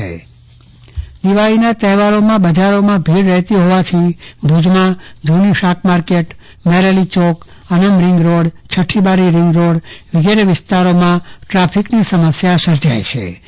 ચન્દ્રવદન પટ્ટણી માર્ગ નિયમન દિવાળીના તહેવારમાં બજારમાં ભીડ રહેતી હોવાથી ભુજમાં જુની શાક માર્કેટ મહેરઅલી ચોક અનમ રીંગરોડ છઠ્ઠીબારી રીંગ રોડ વિસ્તારમાં ટ્રાફકીની સમસ્યા સર્જાયછે